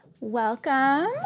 Welcome